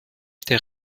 der